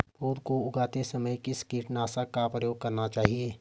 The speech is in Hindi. पौध को उगाते समय किस कीटनाशक का प्रयोग करना चाहिये?